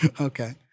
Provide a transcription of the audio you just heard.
Okay